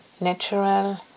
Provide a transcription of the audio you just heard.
natural